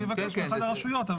הוא יבקש מאחת הרשויות,